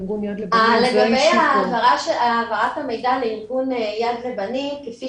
לגבי העברת המידע לארגון יד לבנים כפי